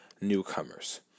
newcomers